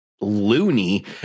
loony